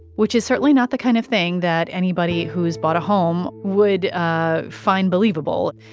which is certainly not the kind of thing that anybody who's bought a home would ah find believable.